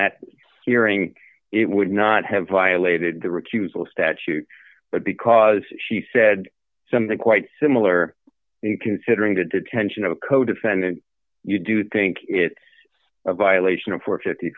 that hearing it would not have violated the recusal statute but because she said something quite similar considering the detention of a codefendant you do think it's a violation of for